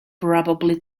probably